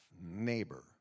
neighbor